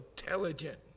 intelligent